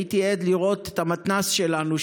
הייתי עד לכך שהמתנ"ס שלנו,